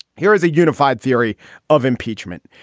here is a unified theory of impeachment.